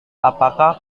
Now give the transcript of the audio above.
apakah